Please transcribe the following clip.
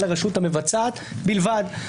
על הרשות המבצעת בלבד.